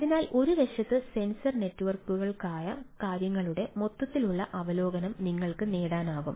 അതിനാൽ ഒരു വശത്ത് സെൻസർ നെറ്റ്വർക്കായ കാര്യങ്ങളുടെ മൊത്തത്തിലുള്ള അവലോകനം നിങ്ങൾക്ക് നേടാനാകും